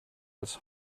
als